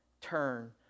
turn